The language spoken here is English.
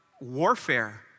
warfare